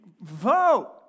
Vote